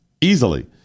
Easily